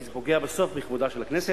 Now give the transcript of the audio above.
כי זה פוגע בסוף בכבודה של הכנסת.